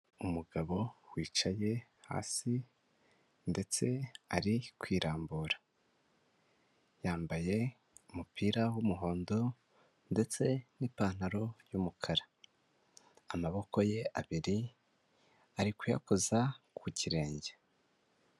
Umugabo wicaye hasi ndetse ari kwirambura, yambaye umupira w'umuhondo ndetse n'ipantaro y'umukara amaboko ye abiri ari kuyakoza ku kirenge.